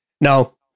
Now